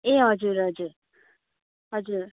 ए हजुर हजुर हजुर